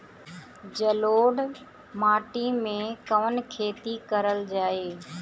जलोढ़ माटी में कवन खेती करल जाई?